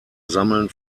sammeln